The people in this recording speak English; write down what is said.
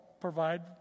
provide